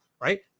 right